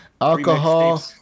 Alcohol